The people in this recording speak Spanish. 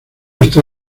está